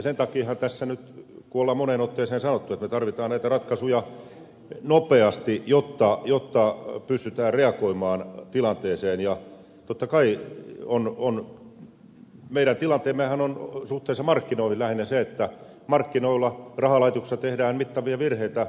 sen takiahan tässä nyt niin kuin on moneen otteeseen sanottu tarvitaan näitä ratkaisuja nopeasti jotta pystytään reagoimaan tilanteeseen ja totta kai meidän tilanteemmehan on suhteessa markkinoihin lähinnä se että kun markkinoilla rahalaitoksissa tehdään mittavia virheitä meidät kutsutaan hätiin siivousjoukkoina